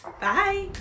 bye